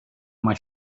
mai